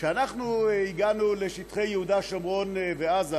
כשאנחנו הגענו לשטחי יהודה, שומרון ועזה